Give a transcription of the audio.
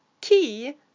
key